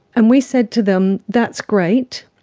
and we said to them, that's great,